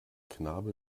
knabe